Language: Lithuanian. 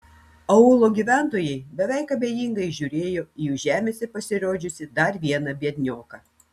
aūlo gyventojai beveik abejingai žiūrėjo į jų žemėse pasirodžiusį dar vieną biednioką